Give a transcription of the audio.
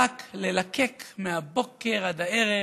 רק ללקק מהבוקר עד הערב,